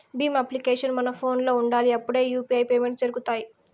Bhim application మన ఫోనులో ఉండాలి అప్పుడే యూ.పీ.ఐ పేమెంట్స్ జరుగుతాయి